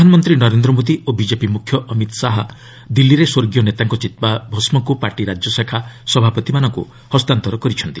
ପ୍ରଧାନମନ୍ତ୍ରୀ ନରେନ୍ଦ୍ର ମୋଦି ଓ ବିକେପି ମୁଖ୍ୟ ଅମିତ୍ ଶାହା ଦିଲ୍ଲୀରେ ସ୍ୱର୍ଗୀୟ ନେତାଙ୍କ ଚିତାଭସ୍କକୁ ପାର୍ଟି ରାଜ୍ୟଶାଖା ସଭାପତିମାନଙ୍କୁ ହସ୍ତାନ୍ତର କରିଛନ୍ତି